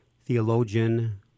theologian